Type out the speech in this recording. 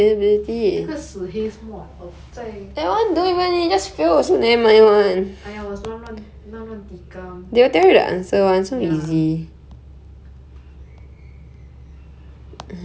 okay lah then 我来做 sustainability 那个死 haze mod 我在 !aiya! 我乱乱乱乱 tikam ya